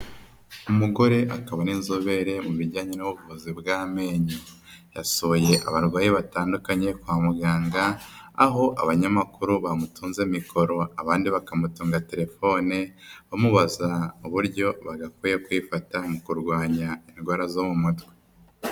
Umugore akaba n'inzobere mu bijyanye n'ubuvuzi bw'amenyo, yasuye abarwayi batandukanye kwa muganga, aho abanyamakuru bamutunze mikoro, abandi bakamutunga telefone, bamubaza uburyo bagakwiye kwifata mu kurwanya indwara zo mu mutwe.